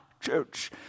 church